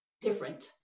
different